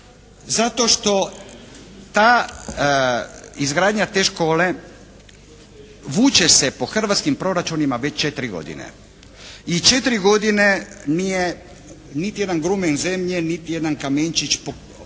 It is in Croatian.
Zato što izgradnja te škole vuče se po hrvatskim proračunima već četiri godine i četiri godine nije niti jedan grumen zemlje, niti jedan kamenčić praktički